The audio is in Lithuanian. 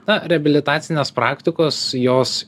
na reabilitacinės praktikos jos